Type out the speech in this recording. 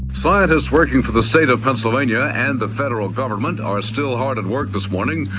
scientists working for the state of pennsylvania, and the federal government are still hard at work this morning,